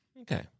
Okay